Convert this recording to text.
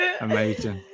Amazing